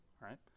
right